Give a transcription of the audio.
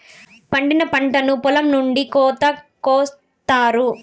పండిన పంటను పొలం నుండి కోత కొత్తారు